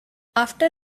after